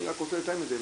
אני רק רוצה לתאם את זה,